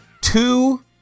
two